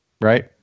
Right